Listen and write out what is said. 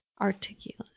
Articulate